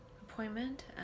appointment